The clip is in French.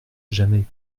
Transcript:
jamais